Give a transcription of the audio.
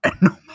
no